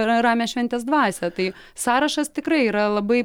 ra ramią šventės dvasią tai sąrašas tikrai yra labai